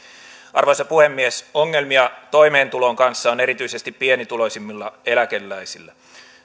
arvoisa puhemies ongelmia toimeentulon kanssa on erityisesti pienituloisimmilla eläkeläisillä